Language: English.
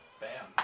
bam